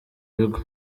bigo